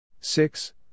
Six